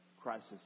crisis